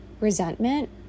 resentment